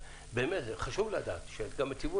חשוב לדעת, גם לציבור